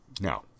Now